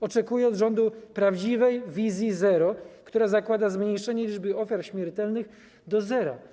Oczekuję od rządu prawdziwej wizji zero, która zakłada zmniejszenie liczby ofiar śmiertelnych do zera.